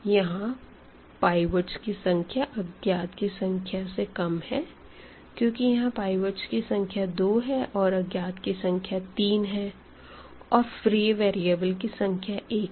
यहाँ पाइवट की संख्या अज्ञात की संख्या से कम है क्यूंकि यहाँ पाइवटस की संख्या दो है और अज्ञात की संख्या तीन है और फ्री वेरिएबल की संख्या एक है